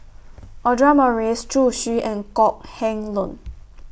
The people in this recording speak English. Audra Morrice Zhu Xu and Kok Heng Leun